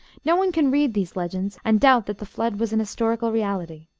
no one can read these legends and doubt that the flood was an historical reality.